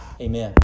Amen